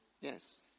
yes